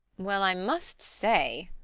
well, i must say